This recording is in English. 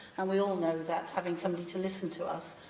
and we all know that having somebody to listen to us,